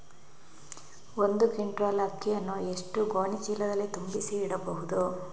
ಒಂದು ಕ್ವಿಂಟಾಲ್ ಅಕ್ಕಿಯನ್ನು ಎಷ್ಟು ಗೋಣಿಚೀಲದಲ್ಲಿ ತುಂಬಿಸಿ ಇಡಬಹುದು?